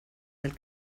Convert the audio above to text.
del